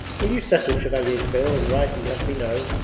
will you settle chevalier's bill and write and let me know